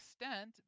extent